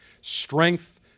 Strength